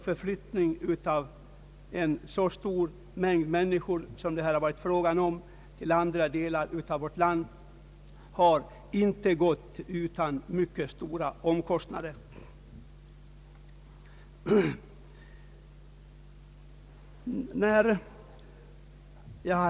Förflyttningen av en så stor mängd människor som det här har varit fråga om till andra delar av vårt land har inte gått utan mycket stora kostnader.